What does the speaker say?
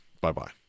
Bye-bye